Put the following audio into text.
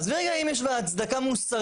עזבי רגע אם יש הצדקה מוסרית,